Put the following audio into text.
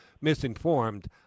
misinformed